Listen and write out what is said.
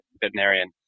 veterinarian